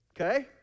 Okay